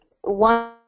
one